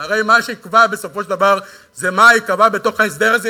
הרי מה שיקבע בסופו של דבר זה מה ייקבע בתוך ההסדר הזה,